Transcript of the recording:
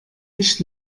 nicht